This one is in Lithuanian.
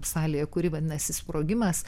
salėje kuri vadinasi sprogimas